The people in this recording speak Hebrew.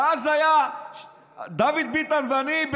ואז דוד ביטן ואני,